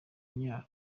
kunyara